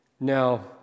Now